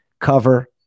cover